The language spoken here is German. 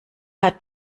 hat